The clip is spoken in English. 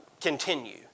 Continue